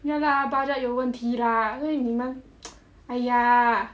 ya lah budget 有问题 lah 因为你们 !aiya!